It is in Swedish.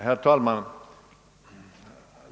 Herr talman!